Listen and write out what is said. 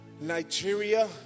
Nigeria